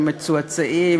המצועצעים,